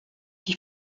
die